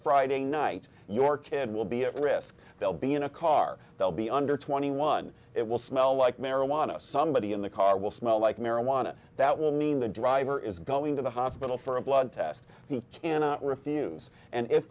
friday night your kid will be at risk they'll be in a car they'll be under twenty one it will smell like marijuana somebody in the car will smell like marijuana that will mean the driver is going to the hospital for a blood test he and refuse and if